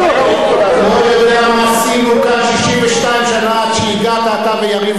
לא יודע מה עשינו כאן 62 שנה עד שהגעת אתה ויריב